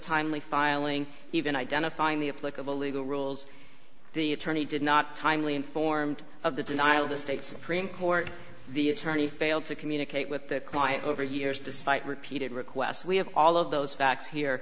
timely filing even identifying the applicable legal rules the attorney did not timely informed of the denial the state supreme court the attorney failed to communicate with the client over years despite repeated requests we have all of those facts here